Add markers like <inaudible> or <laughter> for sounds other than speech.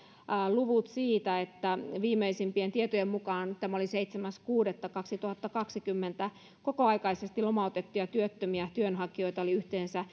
luvut siitä että viimeisimpien tietojen mukaan tämä oli seitsemäs kuudetta kaksituhattakaksikymmentä kokoaikaisesti lomautettuja työttömiä työnhakijoita oli yhteensä <unintelligible>